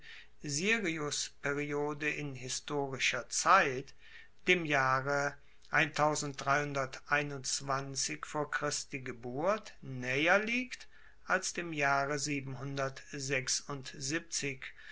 siriusperiode in historischer zeit dem jahre vor christi geburt naeher liegt als dem jahre